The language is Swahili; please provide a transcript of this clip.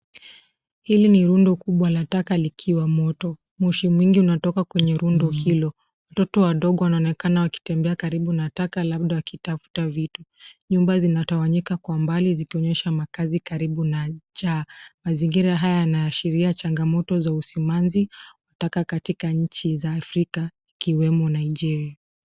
Hili ni rundo kubwa la taka likiwa moto. Moshi mwingi unatoka kwenye rundo hilo. Watoto wadogo wanaonekana wakitembea karibu na taka labda wakitafuta vitu. Nyumba zinatawanyika kwa mbali zikionyesha makazi karibu na jaa. Mazingira haya yanaashiria changamoto za usimanzi wa taka katika nchi za Afrika, ikiwemo Nigeria.